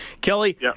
Kelly